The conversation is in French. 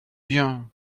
bien